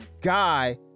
guy